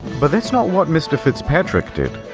but that's not what mr. fitzpatrick did.